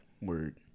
Word